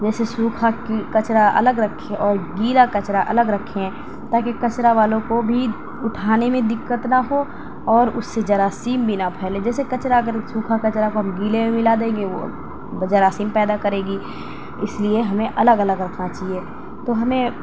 جیسے سوکھا کچڑا الگ رکھیں اور گیلا کچڑا الگ رکھیں تا کہ کچڑا والوں کو بھی اٹھانے میں دقت نہ ہو اور اس سے جراثیم بھی نہ پھیلیں جیسے کچڑا اگر سوکھا کچڑا کو ہم گیلے میں ملا دیں گے وہ جراثیم پیدا کرے گی اس لیے ہمیں الگ الگ رکھنا چاہیے تو ہمیں